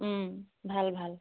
ও ভাল ভাল